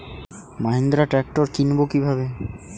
Mahindra tractor কিনবো কি ভাবে?